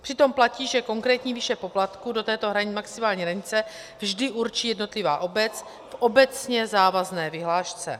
Přitom platí, že konkrétní výši poplatku do této maximální hranice vždy určí jednotlivá obec v obecně závazné vyhlášce.